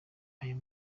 aya